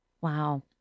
Wow